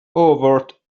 overt